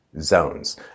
Zones